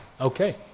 Okay